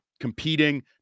competing